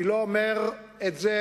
אני לא אומר את זה,